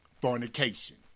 Fornication